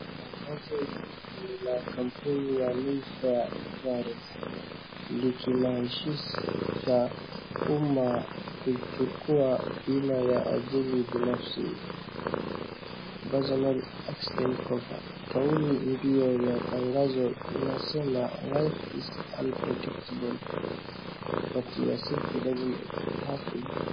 Tangazo hili ni la kampuni ya Mayfair Insurance likimalishisha umma kuchukua bima ya ajali binafsi Personal Accident Cover . Kauli mbiu ya tangazo inasema Life is unpredictable but your safety doesn't have .